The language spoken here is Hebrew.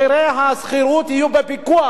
מחירי השכירות יהיו בפיקוח,